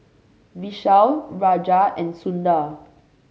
Vishal Raja and Sundar